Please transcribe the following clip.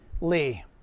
Lee